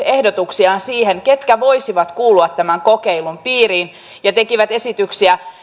ehdotuksia siihen ketkä voisivat kuulua tämän kokeilun piiriin ja tehdään esityksiä